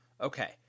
Okay